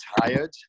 tired